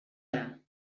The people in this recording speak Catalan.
hora